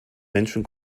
menschen